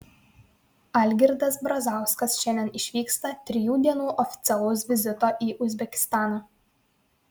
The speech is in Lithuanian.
algirdas brazauskas šiandien išvyksta trijų dienų oficialaus vizito į uzbekistaną